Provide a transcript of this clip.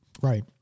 Right